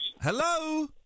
Hello